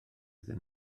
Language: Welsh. iddyn